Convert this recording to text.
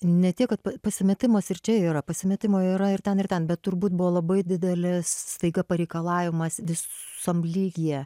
ne tiek kad pasimetimas ir čia yra pasimetimo yra ir ten ir ten bet turbūt buvo labai didelis staiga pareikalavimas visam lygyje